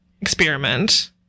experiment